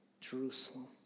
Jerusalem